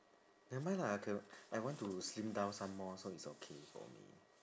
never mind lah K I want to slim down some more so it's okay for me